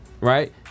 right